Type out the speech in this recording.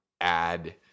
add